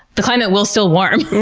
the climate will still warm.